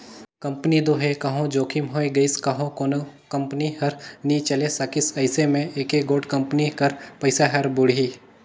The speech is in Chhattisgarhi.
कंपनी दो हे कहों जोखिम होए गइस कहों कोनो कंपनी हर नी चले सकिस अइसे में एके गोट कंपनी कर पइसा हर बुड़ही